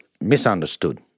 misunderstood